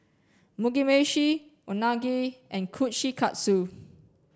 Mugi Meshi Unagi and Kushikatsu